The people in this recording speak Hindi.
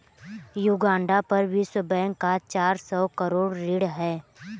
युगांडा पर विश्व बैंक का चार सौ करोड़ ऋण है